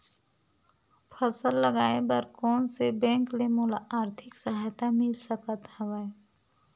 फसल लगाये बर कोन से बैंक ले मोला आर्थिक सहायता मिल सकत हवय?